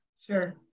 sure